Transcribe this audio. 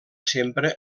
sempre